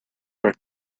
were